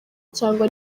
cyangwa